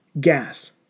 gas